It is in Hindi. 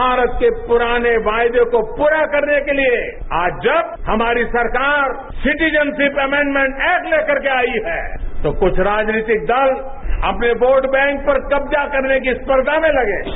भारत के पुराने वायदे को पूरा करने के लिए आज जब हमारी सरकार सिटीजनशिप अमेंडमेंट एक्ट लेकर के आई हैं तो कुछ राजनीतिक दल अपने वोट बैंक पर कब्जा करने की स्पर्धा में लगे हैं